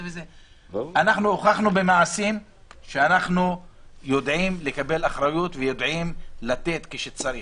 אנחנו הוכחנו במעשים שאנחנו יודעים לקבל אחריות ויודעים לתת כשצריך,